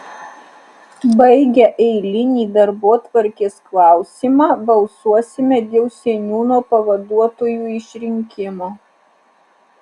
baigę eilinį darbotvarkės klausimą balsuosime dėl seniūno pavaduotojų išrinkimo